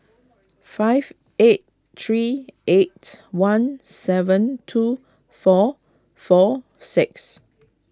five eight three eight one seven two four four six